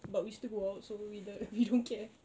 but we still go out so we do~ we don't care